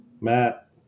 Matt